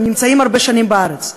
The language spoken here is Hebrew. הם נמצאים הרבה שנים בארץ.